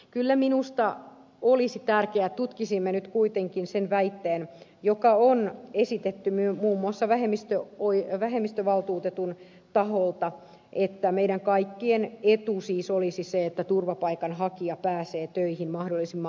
kyllä minusta olisi tärkeää että tutkisimme nyt kuitenkin sen väitteen joka on esitetty muun muassa vähemmistövaltuutetun taholta että meidän kaikkien etu siis olisi että turvapaikanhakija pääsee töihin mahdollisimman aikaisin